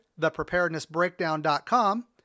thepreparednessbreakdown.com